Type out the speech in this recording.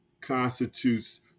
constitutes